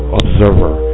observer